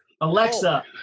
Alexa